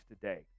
Today